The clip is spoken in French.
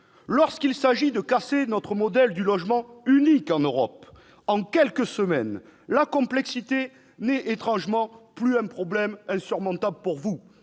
lorsqu'il s'agit de casser notre modèle du logement unique en Europe en quelques semaines, la complexité n'est étrangement plus un problème insurmontable pour vous,